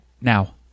now